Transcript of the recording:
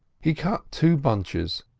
he cut two bunches,